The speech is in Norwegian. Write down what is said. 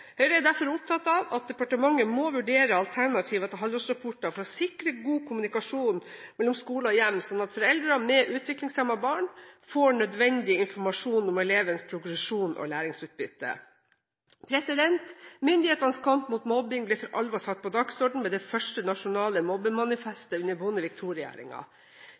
Høyre er derfor opptatt av at departementet må vurdere alternative måter til halvårsrapporter for å sikre god kommunikasjon mellom skole og hjem, slik at foreldre med utviklingshemmede barn får nødvendig informasjon om elevens progresjon og læringsutbytte. Myndighetenes kamp mot mobbing ble for alvor satt på dagsordenen med det første nasjonale mobbemanifestet under Bondevik